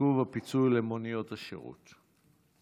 עיכוב הפיצוי למוניות השירות.